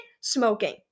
smoking